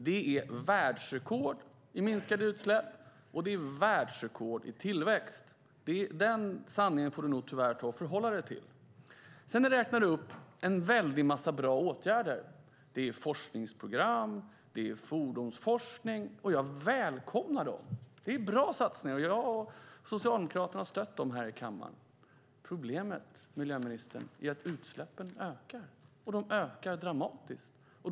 Det är världsrekord i minskade utsläpp, och det är världsrekord i tillväxt. Den sanningen får du nog tyvärr förhålla dig till. Sedan räknar du upp en väldig massa bra åtgärder. Det är forskningsprogram och fordonsforskning. Jag välkomnar dem. Det är bra satsningar, och jag och Socialdemokraterna har stött dem här i kammaren. Problemet, miljöministern, är att utsläppen ökar, och de ökar dramatiskt.